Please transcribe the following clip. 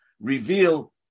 reveal